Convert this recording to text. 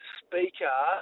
speaker